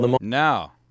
Now